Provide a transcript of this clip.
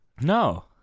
No